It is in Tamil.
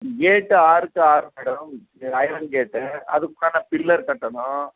ம் கேட்டு ஆறுக்கு ஆறு மேடம் ஐயர்ன் கேட்டு அதற்குண்டான பில்லர் கட்டணும்